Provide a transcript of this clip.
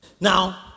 Now